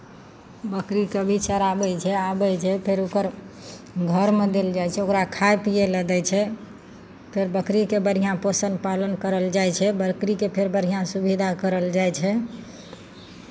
बकरीकेँ भी चराबै छै आबै छै फेर ओकर घरमे देल जाइ छै ओकरा खाइ पियै लेल दै छै फेर बकरीके बढ़िआँ पोषण पालन करल जाइ छै बकरीकेँ फेर बढ़िआँसँ विदा करल जाइ छै